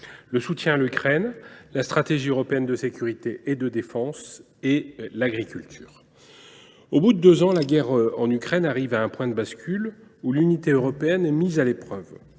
le soutien à l’Ukraine, la stratégie européenne de sécurité et de défense, et l’agriculture. Au bout de deux ans, la guerre en Ukraine arrive à un point de bascule où l’unité européenne est mise à l’épreuve.